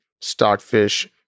stockfish